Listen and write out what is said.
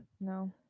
no